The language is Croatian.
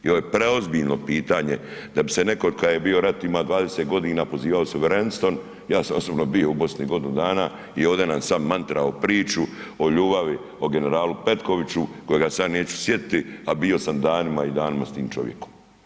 I ovo je preozbiljno pitanje da bi se netko kad je bio rat ima 20 godina pozivao suverenstvom, ja sam osobno bio u Bosni godinu dana i ovde nam sad matrao priču o ljubavi, o generalu Petkoviću kojega se ja neću sjetiti, a bio sam danima i danima s tim čovjekom.